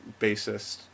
bassist